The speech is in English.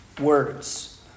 words